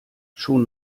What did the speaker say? schon